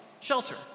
shelter